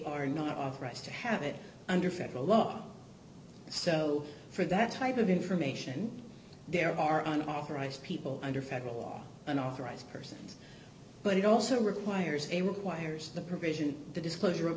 authorized to have it under federal law so for that type of information there are an authorized people under federal law unauthorized persons but it also requires a requires the provision the disclosure of